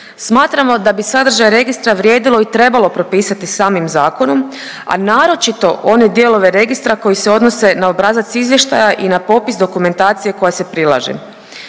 Smatramo da bi sadržaj registra vrijedilo i trebalo propisati samim zakonom, a naročito one dijelove registra koji se odnose na obrazac izvještaja i na popis dokumentacije koja se prilaže,